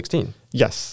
Yes